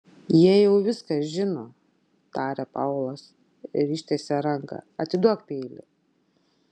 jie jau viską žino tarė paulas ir ištiesė ranką atiduok peilį